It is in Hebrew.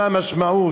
מה המשמעות.